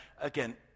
again